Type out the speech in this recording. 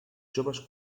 joves